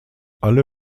alle